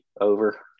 over